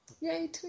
Yay